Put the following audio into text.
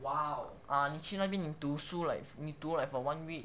ah 你去那边你读书 like 你读 like for one week